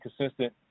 consistent